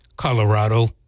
Colorado